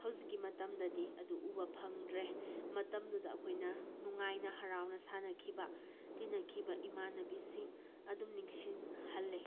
ꯍꯧꯖꯤꯛꯀꯤ ꯃꯇꯝꯗꯗꯤ ꯑꯗꯨ ꯎꯕ ꯐꯪꯗ꯭ꯔꯦ ꯃꯇꯝꯗꯨꯗ ꯑꯩꯈꯣꯏꯅ ꯅꯨꯡꯉꯥꯏꯅ ꯍꯔꯥꯎꯅ ꯁꯥꯟꯅꯈꯤꯕ ꯇꯤꯟꯅꯈꯤꯕ ꯏꯃꯥꯟꯅꯕꯤꯁꯤꯡ ꯑꯗꯨꯝ ꯅꯤꯡꯁꯤꯡꯍꯜꯂꯤ